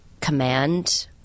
command